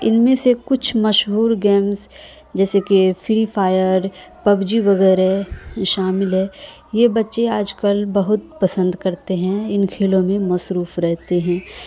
ان میں سے کچھ مشہور گیمز جیسے کہ فری فائر پب جی وغیرہ شامل ہے یہ بچے آج کل بہت پسند کرتے ہیں ان کھیلوں میں مصروف رہتے ہیں